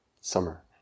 summer